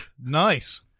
Nice